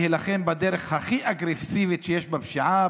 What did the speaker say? להילחם בדרך הכי אגרסיבית שיש בפשיעה,